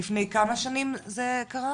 לפני כמה שנים זה קרה?